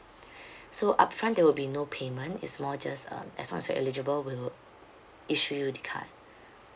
so upfront there will be no payment is more just um as long as you're eligible will issue the card